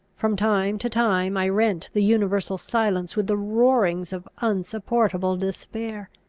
from time to time, i rent the universal silence with the roarings of unsupportable despair.